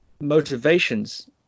motivations